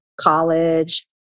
college